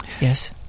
yes